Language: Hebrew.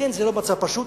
לכן זה לא מצב פשוט.